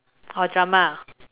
or drama